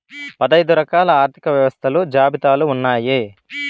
పదైదు రకాల ఆర్థిక వ్యవస్థలు జాబితాలు ఉన్నాయి